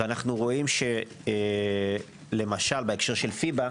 אנו רואים שלמשל בהקשר של פיב"א,